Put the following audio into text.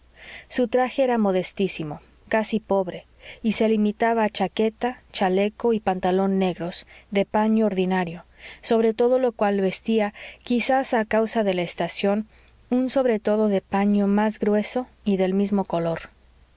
su traje era modestísimo casi pobre y se limitaba a chaqueta chaleco y pantalón negros de paño ordinario sobre todo lo cual vestía quizás a causa de la estación un sobretodo de paño más grueso y del mismo color